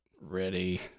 ready